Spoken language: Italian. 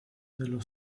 dello